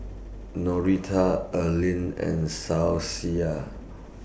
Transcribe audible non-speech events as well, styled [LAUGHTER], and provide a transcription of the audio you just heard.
Norita Arlen and [UNINTELLIGIBLE]